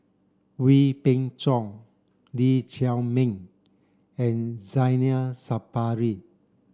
Wee Beng Chong Lee Chiaw Meng and Zainal Sapari